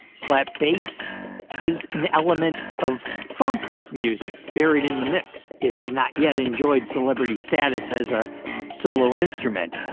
slap bass was an element of funk music, buried in the mix. it had not yet enjoyed celebrity status as a solo instrument.